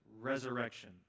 resurrection